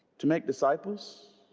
to make disciples